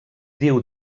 diu